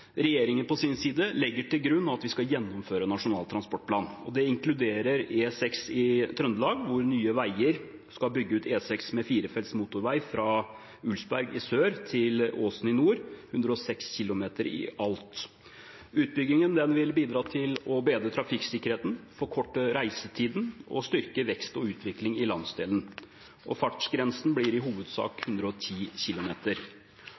Regjeringen på sin side legger til grunn at vi skal gjennomføre Nasjonal transportplan, og det inkluderer E6 i Trøndelag, hvor Nye Veier skal bygge ut E6 med firefelts motorvei fra Ulsberg i sør til Åsen i nord, 106 km i alt. Utbyggingen vil bidra til å bedre trafikksikkerheten, forkorte reisetiden og styrke vekst og utvikling i landsdelen, og fartsgrensen blir i hovedsak 110 km.